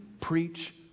preach